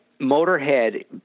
Motorhead